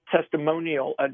testimonial